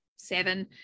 Seven